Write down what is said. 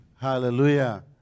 Hallelujah